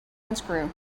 unscrew